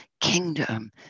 kingdom